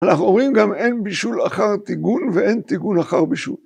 אנחנו רואים גם אין בישול אחר טיגון ואין טיגון אחר בישול.